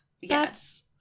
Yes